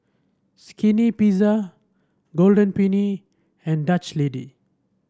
Skinny Pizza Golden Peony and Dutch Lady